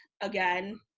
again